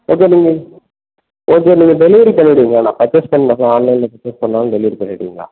okay நீங்கள் okay நீங்கள் delivery பண்ணிடுவிங்களா நான் பர்ச்சேஸ் பண்ணாலும் ஆன்லைனில் பர்ச்சேஸ் பண்ணாலும் டெலிவரி பண்ணிடுவிங்களா